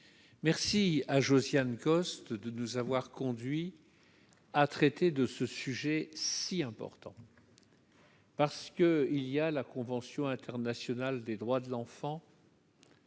merci à Josiane Costes, de nous avoir conduit à traiter de ce sujet si important. Parce que il y a la convention internationale des droits de l'enfant.